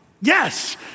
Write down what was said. Yes